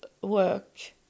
work